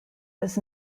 was